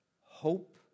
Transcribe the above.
hope